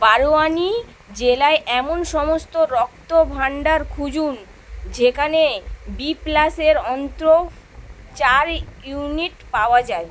বারোয়ানি জেলায় এমন সমস্ত রক্তভাণ্ডার খুঁজুন যেখানে বি প্লাসের অন্তত চার ইউনিট পাওয়া যায়